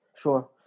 sure